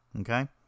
okay